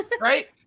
Right